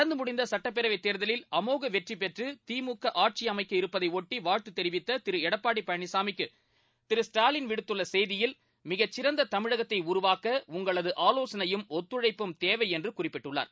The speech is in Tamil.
நடந்து முடிந்த சட்டப்பேரவைத் தேர்தலில் அமோக வெற்றி பெற்று திமுக ஆட்சி அமைக்க இருப்பதையொட்டி தெரிவித்த வாழ்த்து திரு எடப்பாடி பழனிசாமிக்கு திரு ஸ்டாலின் விடுத்துள்ள செய்தியில் மிகச்சிறந்த தமிழகத்தை உருவாக்க உங்களது ஆலோசனையும் ஒத்துழைப்பும் தேவை என்று குறிப்பிட்டுள்ளார்